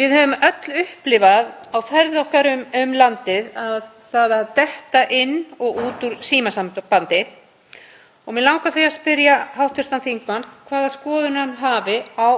Við höfum öll upplifað á ferðum okkar um landið að detta inn og út úr símasambandi og mig langar því að spyrja hv. þingmann hvaða skoðun hann hafi á